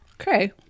Okay